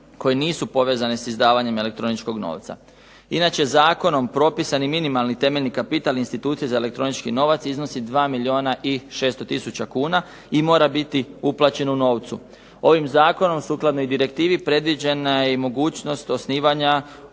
koje nisu povezane s izdavanjem elektroničkog novca. Inače zakonom propisani minimalni temeljni kapital institucije za elektronički novac iznosi 2 milijuna i 600 tisuća kuna i mora biti uplaćen u novcu. Ovim Zakonom sukladno direktivi predviđena je mogućnost osnivanja